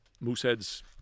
Moosehead's